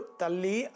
tali